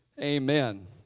Amen